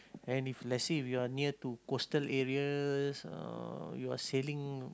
and if let's say you are near to coastal areas uh you are sailing